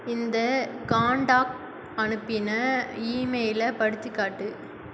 இந்த கான்டாக்ட் அனுப்பின இமெயிலை படித்துக் காட்டு